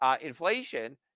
inflation